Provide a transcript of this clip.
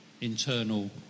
internal